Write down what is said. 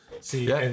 See